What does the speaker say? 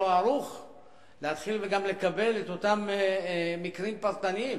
לא ערוך לקבל את אותם מקרים פרטניים.